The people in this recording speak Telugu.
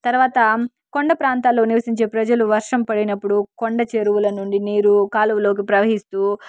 తర్వాత కొండ ప్రాంతాల్లో నివసించే ప్రజలు వర్షం పడినప్పుడు కొండ చెరువుల నుండి నీరు కాలువలోకి ప్రవహిస్తూ